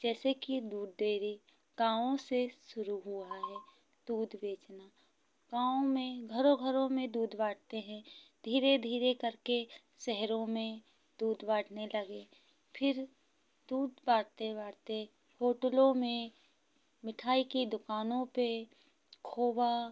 जैसे कि दूध डेरी गाँव से शुरू हुआ है दूध बेचना गाँव में घरों घरों में दूध बांटते हैं धीरे धीरे करके शहरों में दूध बांटने लगे फिर दूध बांटते बांटते होटलों में मिठाई की दुकानों पे खोआ